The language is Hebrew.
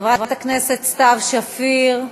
חברת הכנסת סתיו שפיר,